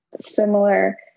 similar